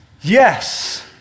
Yes